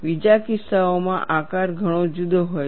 બીજા કિસ્સાઓમાં આકાર ઘણો જુદો હોય છે